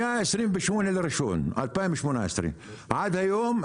מה-28 בינואר 2018 עד היום,